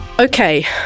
Okay